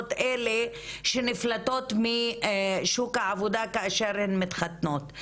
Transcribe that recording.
הן אלה שנפלטות משוק העבודה כאשר הן מתחתנות.